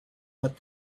what